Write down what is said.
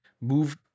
move